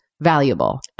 valuable